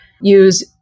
use